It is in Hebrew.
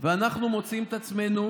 ואנחנו מוצאים את עצמנו